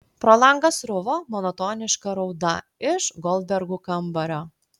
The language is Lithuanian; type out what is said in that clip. pro langą sruvo monotoniška rauda iš goldbergų kambario